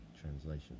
translation